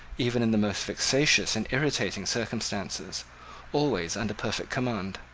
even in the most vexatious and irritating circumstances always under perfect command.